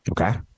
Okay